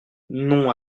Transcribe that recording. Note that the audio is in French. non